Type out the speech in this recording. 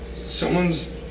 someone's